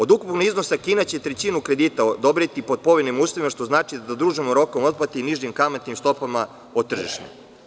Od ukupnog iznosa Kina će trećinu kredita odobriti pod povoljnim uslovima, što znači dužim rokom otplate i nižim kamatnim stopama od tržišne.